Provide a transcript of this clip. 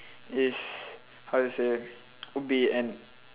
is how to say would be an